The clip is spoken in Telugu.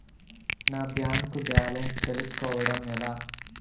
నా బ్యాంకు బ్యాలెన్స్ తెలుస్కోవడం ఎలా?